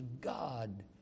God